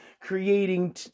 Creating